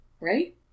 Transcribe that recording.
Right